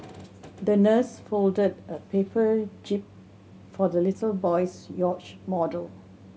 the nurse folded a paper jib for the little boy's yacht model